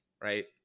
right